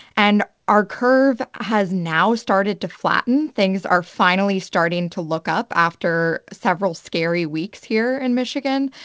and our curve has now started to flatten. things are finally starting to look up after several scary weeks here in michigan.